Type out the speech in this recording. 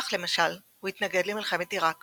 כך למשל, הוא התנגד למלחמת עיראק